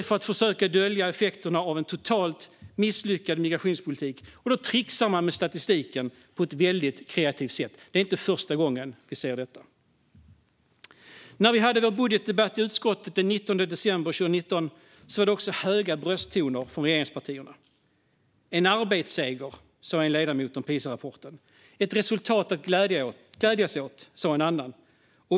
För att försöka dölja effekterna av en totalt misslyckad migrationspolitik trixar man med statistiken på ett väldigt kreativt sätt. Det är inte första gången vi ser detta. När vi hade vår budgetdebatt i utskottet den 19 december 2019 var det också höga brösttoner från regeringspartierna. En arbetsseger, sa en ledamot om PISA-rapporten. Ett resultat att glädjas åt, sa en annan.